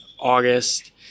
august